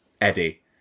Eddie